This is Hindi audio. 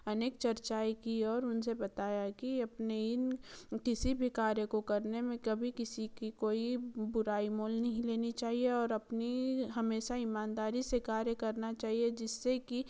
अनेक चर्चाएँ कीं और उनसे बताया कि अपने इन किसी भी कार्य को करने में कभी किसी की कोई बुराई मोल नहीं लेनी चाहिए और अपनी हमेशा ईमानदारी से कार्य करना चाहिए जिससे कि